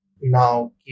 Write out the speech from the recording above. now